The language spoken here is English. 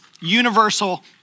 universal